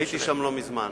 הייתי שם לא מזמן.